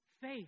faith